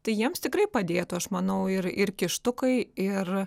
tai jiems tikrai padėtų aš manau ir ir kištukai ir